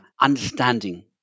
understanding